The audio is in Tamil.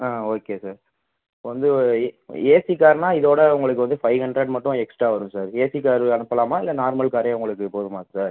ஆ ஓகே சார் இப்போ வந்து ஏ ஏசி காருன்னா இதோடு உங்களுக்கு வந்து ஒரு ஃபைவ் ஹண்ட்ரட் மட்டும் எக்ஸ்ட்ரா வரும் சார் ஏசி காரு அனுப்பலாமா இல்லை நார்மல் காரே உங்களுக்கு போதுமா சார்